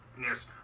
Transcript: Yes